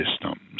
systems